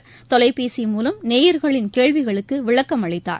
அகில தொலைபேசி மூலம் நேயர்களின் கேள்விகளுக்குவிளக்கம் அளித்தார்